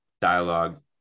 dialogue